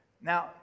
Now